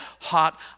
hot